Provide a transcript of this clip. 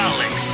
Alex